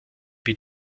wie